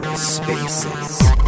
Spaces